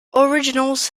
originals